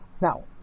Now